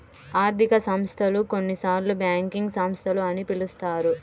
ఆర్థిక సంస్థలు, కొన్నిసార్లుబ్యాంకింగ్ సంస్థలు అని పిలుస్తారు